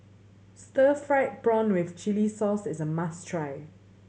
stir fried prawn with chili sauce is a must try